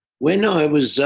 when i was.